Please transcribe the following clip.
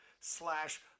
slash